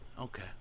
Okay